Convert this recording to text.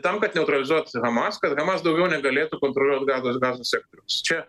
tam kad neutralizuot hamas kad hamas daugiau negalėtų kontroliuot gazos gazos sektoriaus čia